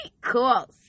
cool